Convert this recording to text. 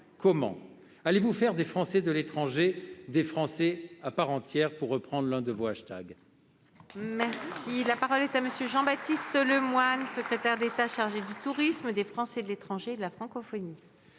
comment allez-vous faire des Français de l'étranger des Français à part entière, pour reprendre l'un de vos hashtags ? La parole est à M. le secrétaire d'État chargé du tourisme, des Français de l'étranger et de la francophonie.